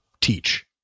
teach